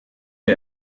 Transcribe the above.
wir